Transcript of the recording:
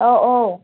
अ औ